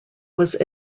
was